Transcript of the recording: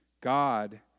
God